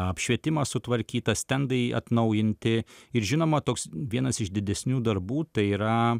apšvietimas sutvarkytas stendai atnaujinti ir žinoma toks vienas iš didesnių darbų tai yra